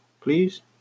please